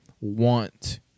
want